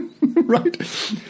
Right